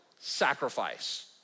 sacrifice